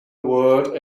word